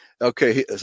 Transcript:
okay